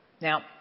now